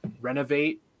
renovate